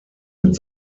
mit